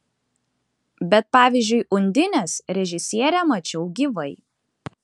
bet pavyzdžiui undinės režisierę mačiau gyvai